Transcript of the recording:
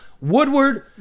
Woodward